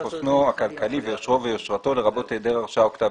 חוסנו הכלכלי ויושרו ויושרתו לרבות היעדר הרשעה או כתב